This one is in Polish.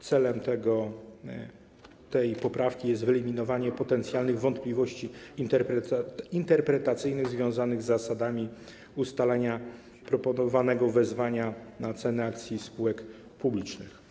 Celem tej poprawki jest wyeliminowanie potencjalnych wątpliwości interpretacyjnych związanych z zasadami ustalania proponowanych w wezwaniach cen akcji spółek publicznych.